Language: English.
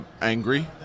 angry